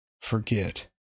forget